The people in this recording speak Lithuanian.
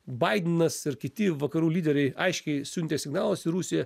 baidenas ir kiti vakarų lyderiai aiškiai siuntė signalus į rusiją